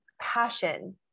passion